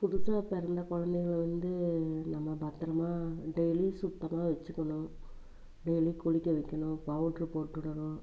புதுசாக பிறந்த குழந்தைங்களை வந்து நம்ம பத்திரமா டெய்லி சுத்தமாக வச்சிக்கணும் டெய்லி குளிக்க வைக்கணும் பவுட்ரு போட்டு விடணும்